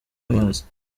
amazi